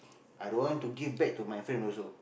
i don't want to give back to my friend also